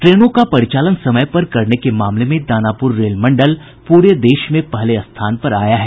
ट्रेनों का परिचालन समय पर करने के मामले में दानापूर रेलमंडल पूरे देश में पहले स्थान पर आया है